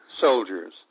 soldiers